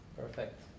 Perfect